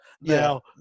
now